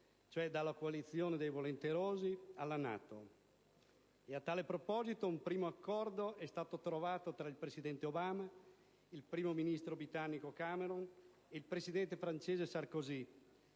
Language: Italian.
cioè dalla coalizione dei volenterosi alla NATO. A tal proposito, un primo accordo è stato trovato tra il presidente Obama, il primo ministro britannico Cameron e il presidente francese Sarkozy,